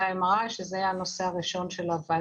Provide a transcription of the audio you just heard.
במכשירי ה-MRI, שזה הנושא הראשון של הוועדה.